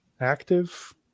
active